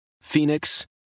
Phoenix